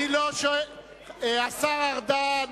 השר ארדן,